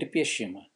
ir piešimą